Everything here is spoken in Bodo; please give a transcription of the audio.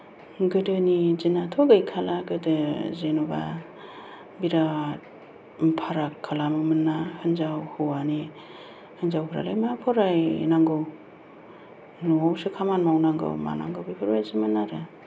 गोदोनि दिनाथ' गैखाला गोदो जेन'बा बिराद फाराग खालामोमोनना हिनजाव हौवानि हिनजावफ्रालाय मा फरायनांगौ न'आवसो खामानि मावनांगौ मानांगौ बेफोरबायदिमोन आरो